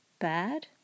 bad